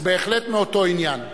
הוא בהחלט באותו עניין.